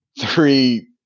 three